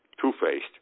two-faced